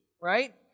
right